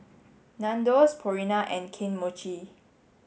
Nandos Purina and Kane Mochi